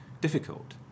difficult